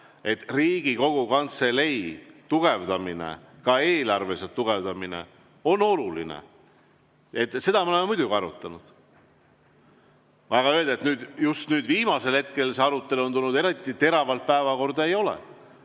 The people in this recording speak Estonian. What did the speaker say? et Riigikogu Kantselei tugevdamine, ka eelarveline tugevdamine, on oluline. Seda me oleme muidugi arutanud. Aga öelda, et just nüüd viimasel ajal on see arutelu tulnud eriti teravalt päevakorda – ei ole.